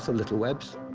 so little webs,